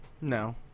no